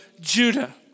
Judah